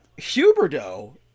Huberto